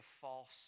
false